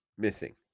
missing